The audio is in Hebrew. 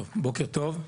טוב, בוקר טוב,